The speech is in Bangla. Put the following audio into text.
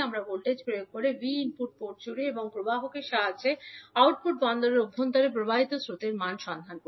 আমরা ভোল্টেজ প্রয়োগ করছি 𝐕 ইনপুট পোর্ট জুড়ে এবং প্রবাহকের সাহায্যে আউটপুট বন্দরের অভ্যন্তরে প্রবাহিত স্রোতের মান সন্ধান করে